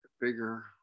bigger